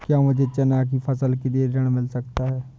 क्या मुझे चना की फसल के लिए ऋण मिल सकता है?